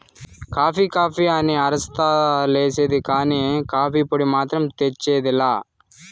coffee coffee అని అరస్తా లేసేదే కానీ, కాఫీ పొడి మాత్రం తెచ్చేది లా